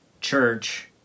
church